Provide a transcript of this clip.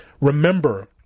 Remember